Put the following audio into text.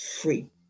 free